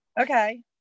Okay